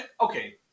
okay